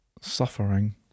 suffering